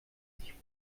sich